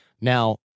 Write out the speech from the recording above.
now